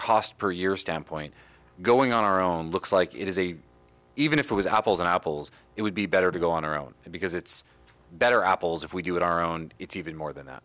cost per year standpoint going on our own looks like it is a even if it was apples and apples it would be better to go on our own because it's better apples if we do it our own it's even more than that